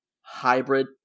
hybrid